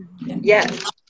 yes